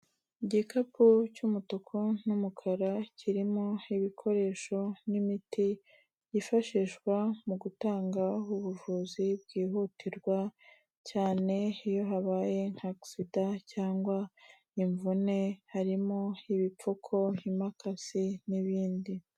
Igikapu cy'umutuku n'umukara kirimo ibikoresho n'imiti byifashishwa mu gutanga ubuvuzi bwihutirwa cyane iyo habaye nka agisida cyangwa imvune, harimo ibipfuko, imakasi n'ibindi.